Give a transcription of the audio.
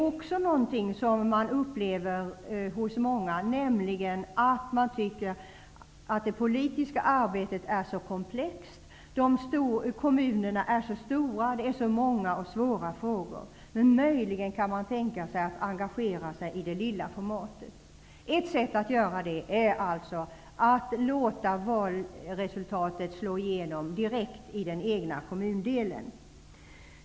Jag upplever att många tycker att det politiska arbetet är så komplext, att kommunerna är så stora och att det är så många och svåra frågor. Möjligen kan man tänka sig att engagera sig i det lilla formatet. Ett sätt att göra det är alltså att låta valresultatet slå igenom direkt i den egna kommundelen.